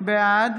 בעד